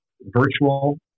virtual